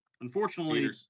Unfortunately